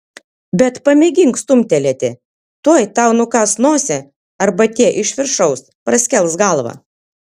bet pamėgink stumtelėti tuoj tau nukąs nosį arba tie iš viršaus praskels galvą